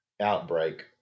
outbreak